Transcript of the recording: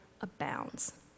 abounds